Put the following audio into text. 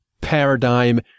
paradigm